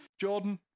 Jordan